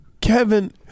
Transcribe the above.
Kevin